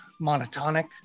monotonic